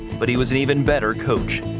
but he was an even better coach.